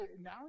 Now